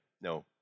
No